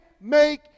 make